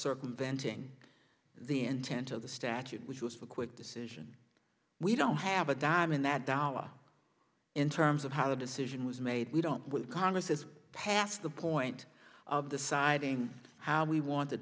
circumventing the intent of the statute which was a quick decision we don't have a dime in that dollar in terms of how the decision was made we don't with congress it's past the point of deciding how we want the